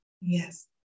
Yes